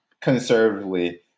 conservatively